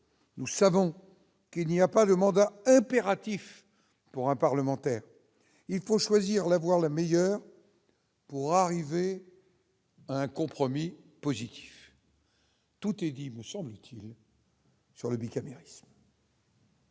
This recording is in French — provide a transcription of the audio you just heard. nous savons qu'il n'y a pas de mandat impératif pour un parlementaire, il faut choisir l'avoir la meilleure pour arriver. Un compromis positif, tout est dit, me semble-t-il. Sur le bicamérisme.